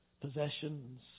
possessions